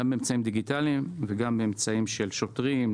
גם באמצעים דיגיטליים וגם באמצעים של שוטרים,